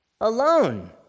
alone